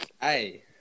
hey